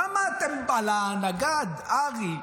למה על הנגד ארי,